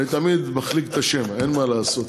אני תמיד מחליק את השם, אין מה לעשות,